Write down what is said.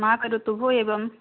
मा करोतु भोः एवम्